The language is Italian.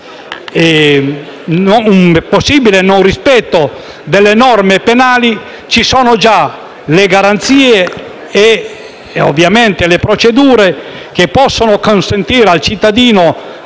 un possibile non rispetto delle norme penali sono già previste garanzie e, ovviamente, le procedure che possono consentire al cittadino